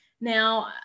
Now